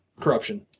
Corruption